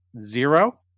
zero